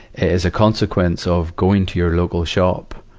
is a consequence of going to your local shop